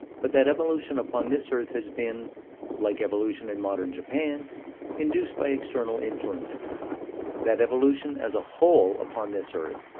but that evolution upon this earth has been like evolution in modern japan induced by external influences that evolution, as a whole, upon this earth,